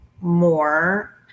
more